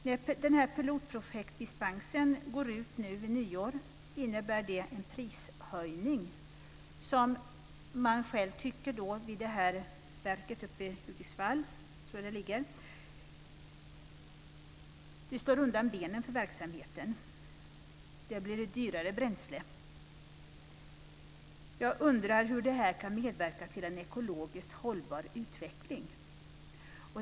När denna pilotprojektdispens går ut nu vid nyår innebär det en prishöjning, och man tycker vid verket i Hudiksvall att det slår undan benen för verksamheten. Bränslet blir dyrare. Jag undrar hur det här kan medverka till en ekologiskt hållbar utveckling.